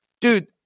Dude